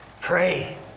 pray